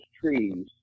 trees